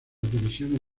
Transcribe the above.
divisiones